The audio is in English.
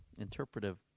interpretive